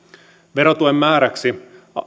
verotuen määräksi